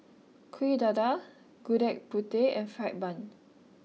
Kuih Dadar Gudeg Putih and Fried Bun